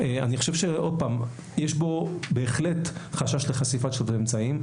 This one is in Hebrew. אני חושב שיש כאן בהחלט חשש לחשיפה של אמצעים.